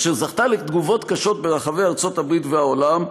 אשר זכתה לתגובות קשות ברחבי ארצות-הברית והעולם,